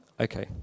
Okay